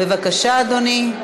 בבקשה, אדוני,